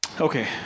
okay